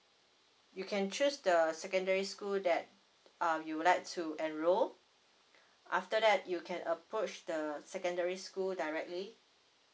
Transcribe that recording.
you can choose the secondary school that uh you would like to enroll after that you can approach the secondary school directly